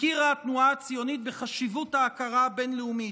הכירה התנועה הציונית בחשיבות ההכרה הבין-לאומית,